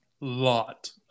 lot